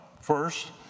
First